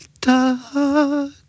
dark